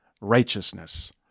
righteousness